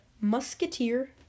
Musketeer